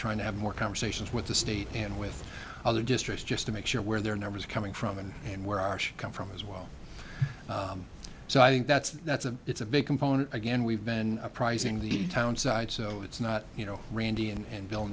trying to have more conversations with the state and with other districts just to make sure where their numbers coming from and and where are should come from as well so i think that's that's a it's a big component again we've been apprising the townsite so it's not you know randy and